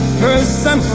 person